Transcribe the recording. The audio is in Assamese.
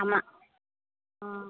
আমাৰ অঁ